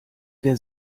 der